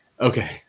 Okay